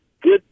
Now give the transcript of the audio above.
good